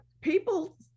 people